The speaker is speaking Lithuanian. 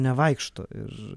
nevaikšto ir